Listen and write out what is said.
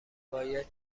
باید